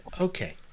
okay